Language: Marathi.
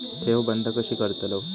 ठेव बंद कशी करतलव?